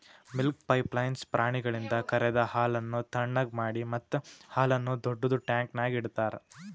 milk pipeline ಪ್ರಾಣಿಗಳಿಂದ ಕರೆದ ಹಾಲನ್ನು ಥಣ್ಣಗ್ ಮಾಡಿ ಮತ್ತ ಹಾಲನ್ನು ದೊಡ್ಡುದ ಟ್ಯಾಂಕ್ನ್ಯಾಗ್ ಇಡ್ತಾರ